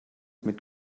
mit